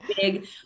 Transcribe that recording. big